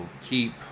keep